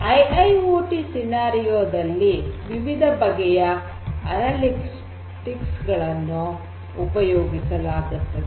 I I O T ಸನ್ನಿವೇಶದಲ್ಲಿ ವಿವಿಧ ಬಗೆಯ ಅನಲಿಟಿಕ್ಸ್ ಗಳನ್ನು ಉಪಯೋಗಿಸಲಾಗುತ್ತದೆ